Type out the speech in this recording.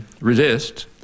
resists